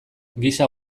gisa